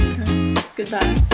Goodbye